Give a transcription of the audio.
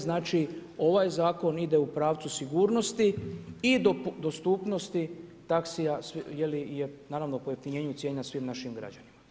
Znači ovaj zakon ide u pravcu sigurnosti i dostupnosti taksija i naravno pojeftinjenju cijena svim našim građanima.